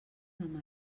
demà